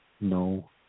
no